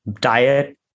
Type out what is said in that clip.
Diet